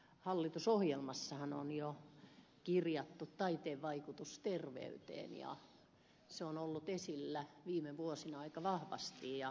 hallitusohjelmassahan on jo kirjattu taiteen vaikutus terveyteen ja se on ollut esillä viime vuosina aika vahvasti